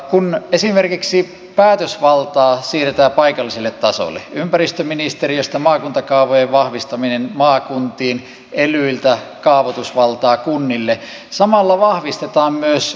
kun esimerkiksi päätösvaltaa siirretään paikallisille tasoille ympäristöministeriöstä maakuntakaavojen vahvistaminen maakuntiin elyiltä kaavoitusvaltaa kunnille samalla vahvistetaan myös demokratiaa